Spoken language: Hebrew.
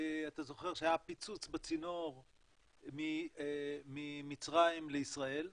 אתה זוכר שהיה פיצוץ בצינור ממצרים לישראל,